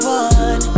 one